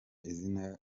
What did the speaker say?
izina